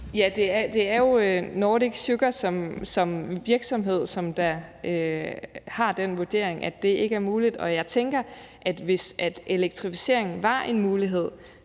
Ja, det er jo Nordic Sugar som virksomhed, som har den vurdering, at det ikke er muligt. Med de priser, som vi ser ind i, med et lidt